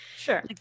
Sure